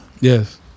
Yes